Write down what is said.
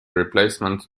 replacement